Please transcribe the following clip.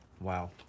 Wow